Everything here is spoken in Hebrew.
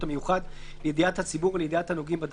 המיוחד לידיעת הציבור ולידיעת הנוגעים בדבר,